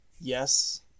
yes